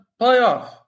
playoff